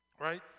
Right